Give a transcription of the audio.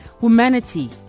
Humanity